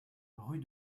rue